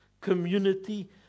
community